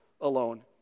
alone